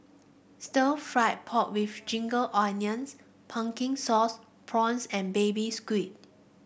Stir Fried Pork with Ginger Onions Pumpkin Sauce Prawns and Baby Squid